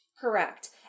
Correct